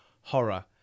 horror